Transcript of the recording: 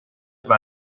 توپو